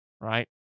Right